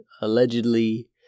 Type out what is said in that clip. allegedly